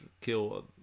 kill